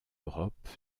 europe